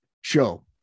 Show